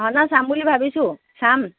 ভাওনা চাম বুলি ভাবিছোঁ চাম